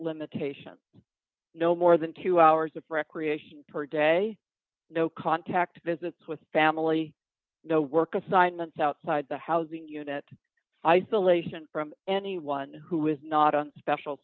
limitations no more than two hours of recreation per day no contact visits with family no work assignments outside the housing unit isolation from anyone who is not on special